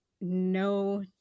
no